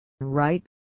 right